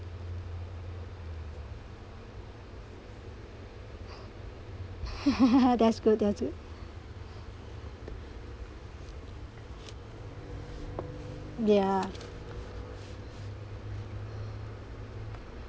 that's good that's good yeah